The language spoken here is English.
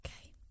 Okay